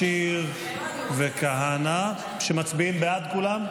שיר וכהנא, שמצביעים כולם,